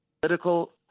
political